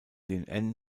den